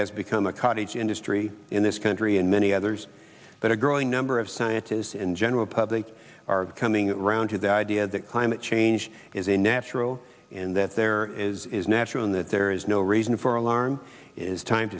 has become a cottage industry in this country and many others but a growing number of scientists in general public are coming around to the idea that climate change is a natural in that there is natural and that there is no reason for alarm it is time